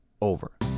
over